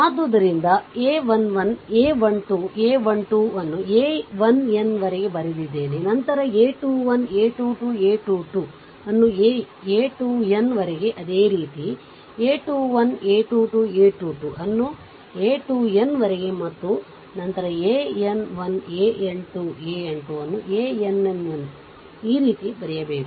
ಆದ್ದರಿಂದ a 1 1 a 1 2 a 1 2 ಅನ್ನು a 1nವರೆಗೆ ಬರೆದಿದ್ದೇನೆ ನಂತರ a 2 1 a 2 2 a 2 2 ಅನ್ನು a 2nವರೆಗೆ ಅದೇ ರೀತಿ a 2 1 a 2 2 a 2 2 ಅನ್ನು a 2n ವರೆಗೆ ಮತ್ತು ನಂತರ an 1 an 2 an 2ಅನ್ನುann ಈ ರೀತಿ ಬರೆಯಬೇಕು